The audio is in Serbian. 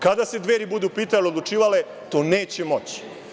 Kada se Dveri budu pitale i odlučivale to neće moći.